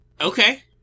Okay